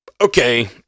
okay